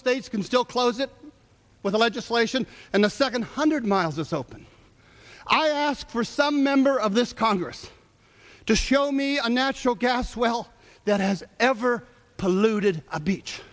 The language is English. states can still close it with a legislation and the second hundred miles is open i ask for some member of this congress to show me a natural gas well that has ever polluted a beach